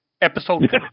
Episode